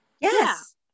Yes